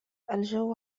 الجو